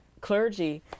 clergy